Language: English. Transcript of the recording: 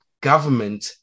government